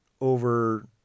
over